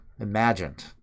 imagined